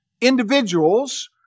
individuals